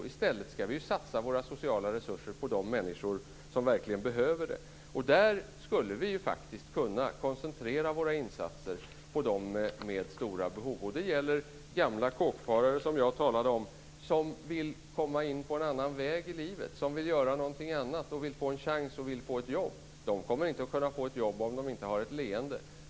Vi skall i stället satsa våra sociala resurser på de människor som verkligen behöver dem. Vi skulle faktiskt kunna koncentrera våra insatser på dem som har stora behov. Det gäller gamla kåkfarare, som jag talade om, som vill komma in på en annan väg i livet och vill få en chans och ett jobb. De kommer inte att kunna få ett jobb om de inte har ett leende.